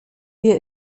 wir